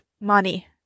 money